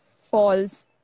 falls